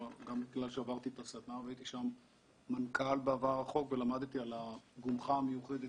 גם בגלל שעברתי את זה והייתי שם מנכ"ל בעבר הרחוק ולמדתי על הגומחה המיוחדת